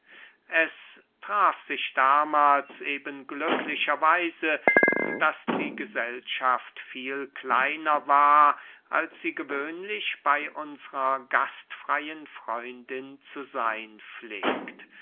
es traf sich damahls eben glücklicher weise daß die gesellschaft viel kleiner war als sie gewöhnlich bey unsrer gastfreyen freundin zu seyn pflegt